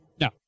no